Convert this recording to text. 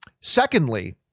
Secondly